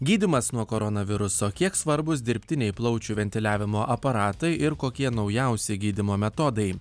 gydymas nuo koronaviruso kiek svarbūs dirbtiniai plaučių ventiliavimo aparatai ir kokie naujausi gydymo metodai